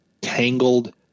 tangled